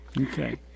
okay